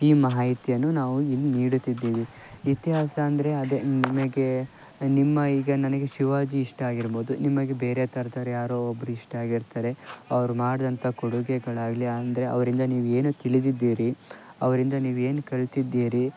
ಈ ಮಾಹಿತಿಯನ್ನು ನಾವು ಇಲ್ಲಿ ನೀಡುತ್ತಿದ್ದೀವಿ ಇತಿಹಾಸ ಅಂದರೆ ಅದೇ ನಿಮಗೆ ನಿಮ್ಮ ಈಗ ನನಗೆ ಶಿವಾಜಿ ಇಷ್ಟ ಆಗಿರ್ಬೋದು ನಿಮಗೆ ಬೇರೆ ಥರ್ದೋರ್ ಯಾರೋ ಒಬ್ಬರು ಇಷ್ಟ ಆಗಿರ್ತಾರೆ ಅವರು ಮಾಡಿದಂಥ ಕೊಡುಗೆಗಳಾಗಲಿ ಅಂದರೆ ಅವರಿಂದ ನೀವು ಏನು ತಿಳಿದಿದ್ದೀರಿ ಅವರಿಂದ ನೀವು ಏನು ಕಲಿತಿದ್ದೀರಿ